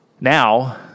Now